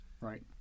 Right